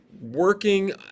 working